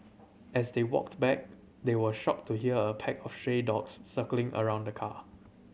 as they walked back they were shocked to here a pack of stray dogs circling around the car